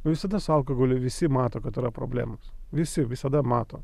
nu visada su alkoholiu visi mato kad yra problemos visi visada mato